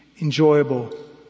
enjoyable